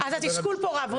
אז התסכול פה רב.